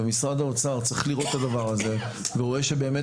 ומשרד האוצר צריך לראות את הדבר הזה ורואה שבאמת